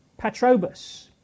Patrobus